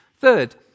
Third